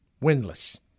windless